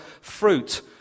fruit